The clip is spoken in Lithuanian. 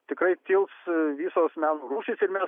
tikrai tilps visos meno rūšys ir mes